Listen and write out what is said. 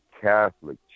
Catholic